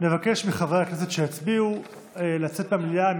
נבקש מחברי הכנסת שהצביעו לצאת מהמליאה על